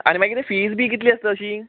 आनी फिज बीन कितली आसता अशी